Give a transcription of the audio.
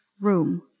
room